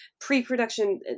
pre-production